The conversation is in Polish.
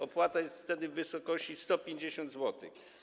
Opłata jest wtedy w wysokości 150 zł.